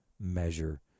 measure